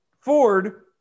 Ford